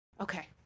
Okay